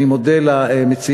אני מודה למציעים.